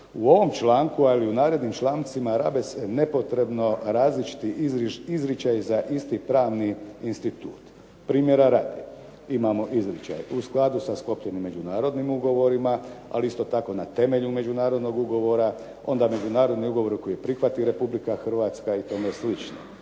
u ovom članku ali i u narednim člancima rabi se nepotrebno različiti izričaji za isti pravni institut. Primjera radi imamo izričaj u skladu sa sklopljenim međunarodnim ugovorima, ali isto tako i na temelju međunarodnog ugovora, onda međunarodni ugovor koji prihvati Republika Hrvatska i tome slično.